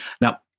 Now